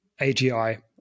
AGI